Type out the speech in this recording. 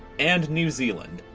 and new zealand.